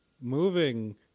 moving